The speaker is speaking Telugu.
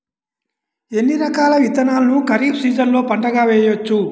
ఎన్ని రకాల విత్తనాలను ఖరీఫ్ సీజన్లో పంటగా వేయచ్చు?